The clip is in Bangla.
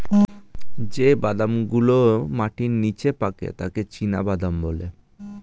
যেই বাদাম গুলো মাটির নিচে পাকে তাকে চীনাবাদাম বলে